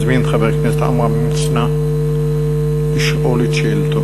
אני מזמין את חבר הכנסת עמרם מצנע לשאול את שאלתו.